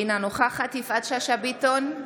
אינה נוכחת יפעת שאשא ביטון,